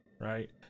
right